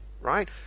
right